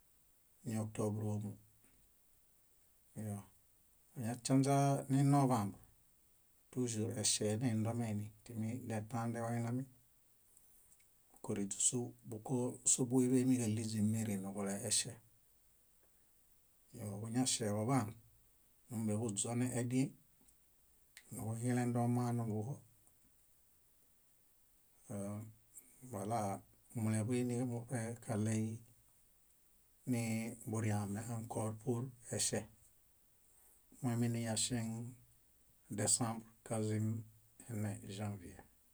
Nioktobro ómu. Meñatianźaninovambr, tújur eŝeneindomeini timi detandaewainami búkoriźuśu búkosobuġoiḃemiġaɭiźi mirĩ nuġule eŝe. Ñoġuñaŝeġoḃaan, nuġumbenuġuźonẽediẽy, niġuhilendo manuḃuġo, balamulebuinimuṗe kaɭey niburiame ãkor pur eŝe muñameiniyaŝeŋ desãb kazim ĵãvie.